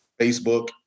Facebook